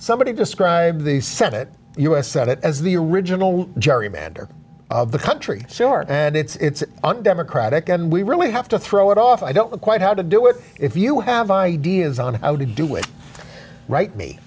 somebody described the senate u s senate as the original gerrymander of the country sure and it's undemocratic and we really have to throw it off i don't know quite how to do it if you have ideas on how to do it right me